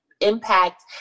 impact